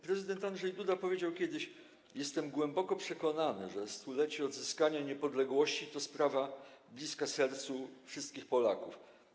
Prezydent Andrzej Duda powiedział kiedyś: „Jestem głęboko przekonany, że stulecie odzyskania niepodległości to sprawa bliska sercom wszystkich Polaków.